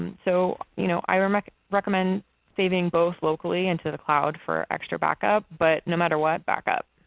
and so you know i um would recommend saving both locally and to the cloud for extra back up. but no matter what, back up.